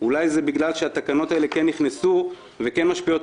ואולי זה בגלל שהתקנות האלה נכנסו והן כן משפיעות